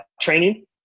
training